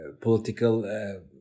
political